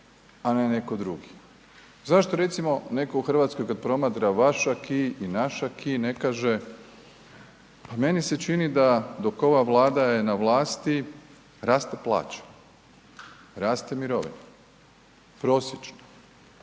a netko drugi. Zašto recimo netko u RH kad promatra vaš aki i naš aki, ne kaže pa meni se čini da dok ova Vlada je na vlasti raste plaća, raste mirovina, prosječno.